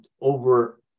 over